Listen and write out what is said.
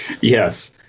Yes